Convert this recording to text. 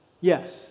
Yes